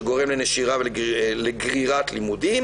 שגורם לנשירה ולגרירת לימודים.